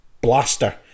Blaster